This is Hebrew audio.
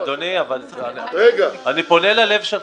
אדוני, אני פונה ללב שלך.